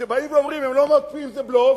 כשהם באים ואומרים: לא מקפיאים, זה בלוף,